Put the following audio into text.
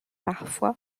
parfois